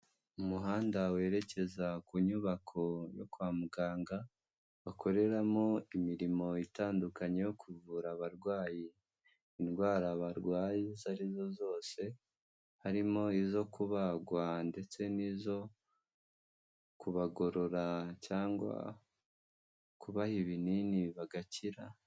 Umuhanda werekeza ku nyubako yo kwa muganga bakoreramo imirimo itandukanye yo kuvura abarwayi indwara barwaye izo arizo zose, harimo izo kubagwa ndetse n'izo kubagorora cyangwa kubaha ibinini bagakira.